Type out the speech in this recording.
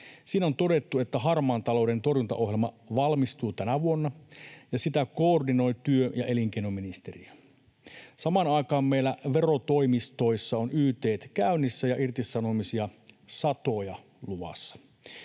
Siinä on todettu, että harmaan talouden torjuntaohjelma valmistuu tänä vuonna ja sitä koordinoi työ- ja elinkeinoministeriö. Samaan aikaan meillä verotoimistoissa on yt:t käynnissä ja irtisanomisia satoja luvassa.